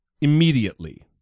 immediately